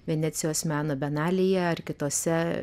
venecijos meno bienalėje ar kitose